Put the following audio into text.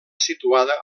situada